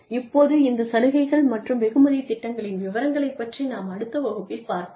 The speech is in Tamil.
இப்போது இந்த சலுகைகள் மற்றும் வெகுமதி திட்டங்களின் விவரங்களைப் பற்றி நாம் அடுத்த வகுப்பில் பார்ப்போம்